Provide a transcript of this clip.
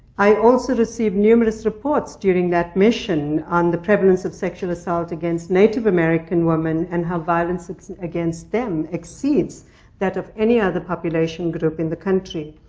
i also received numerous reports during that mission on the prevalence of sexual assault against native american women, and how violence against them exceeds that of any other population group in the country.